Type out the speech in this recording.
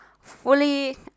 fully